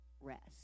Rest